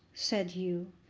said hugh,